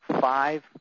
five